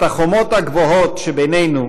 את החומות הגבוהות שבינינו,